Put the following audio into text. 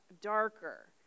darker